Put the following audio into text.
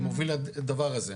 כמוביל הדבר הזה,